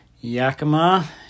Yakima